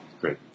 Great